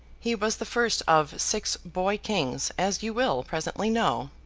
he was the first of six boy-kings, as you will presently know.